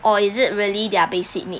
or is it really their basic need